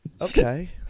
Okay